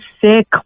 sick